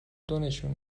دونشون